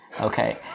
Okay